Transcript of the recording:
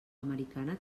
americana